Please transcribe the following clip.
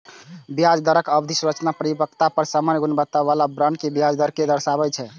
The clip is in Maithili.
ब्याज दरक अवधि संरचना परिपक्वता पर सामान्य गुणवत्ता बला बांड के ब्याज दर कें दर्शाबै छै